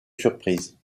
surprise